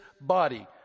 body